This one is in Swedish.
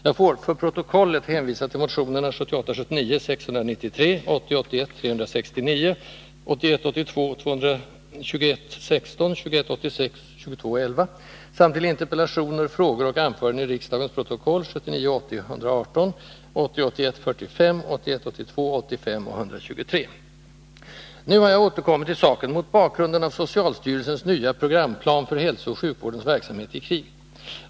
Jag får, för protokollet, hänvisa till motionerna 1978 81:369, 1981 80:118, 1980 82:85 och 123. Nu har jag återkommit i saken mot bakgrund av socialstyrelsens nya programplan för hälsooch sjukvårdens verksamhet i krig.